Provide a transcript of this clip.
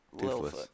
Toothless